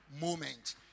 moment